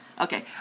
Okay